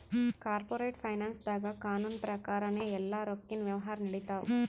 corporate ಫೈನಾನ್ಸ್ದಾಗ್ ಕಾನೂನ್ ಪ್ರಕಾರನೇ ಎಲ್ಲಾ ರೊಕ್ಕಿನ್ ವ್ಯವಹಾರ್ ನಡಿತ್ತವ